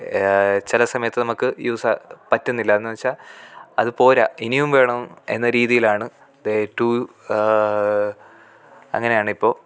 ചില സമയത്ത് നമുക്ക് യൂസാ പറ്റ്ന്നില്ല എന്ന് വെച്ചാൽ അത് പോര ഇനിയും വേണം എന്ന രീതിയിലാണ് ദേ റ്റു അങ്ങനെയാണിപ്പോൾ